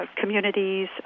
communities